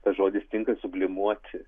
tas žodis tinka sublimuoti